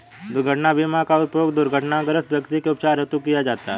दुर्घटना बीमा का उपयोग दुर्घटनाग्रस्त व्यक्ति के उपचार हेतु किया जाता है